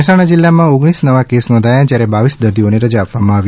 મહેસાણા જીલ્લામાં ઓગણીસ નવા કેસ નોધાયા જયારે બાવીસ દર્દીઓને રજા આપવામાં આવી